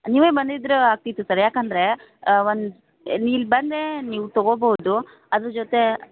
ನೀವೇ ಬಂದಿದ್ರೆ ಆಗ್ತಿತ್ತು ಸರ್ ಏಕಂದ್ರೆ ಒಂದು ನೀವು ಇಲ್ಲಿ ಬಂದರೆ ನೀವು ತೊಗೋಬೋದು ಅದ್ರ ಜೊತೆ